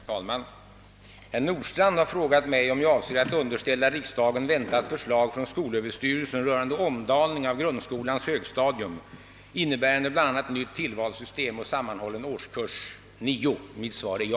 Herr talman! Herr Nordstrandh har frågat mig, om jag avser att underställa riksdagen väntat förslag från skolöverstyrelsen rörande omdaning av grundskolans högstadium, innebärande bl.a. nytt tillvalssystem och sammanhållen årskurs nio. Mitt svar är ja.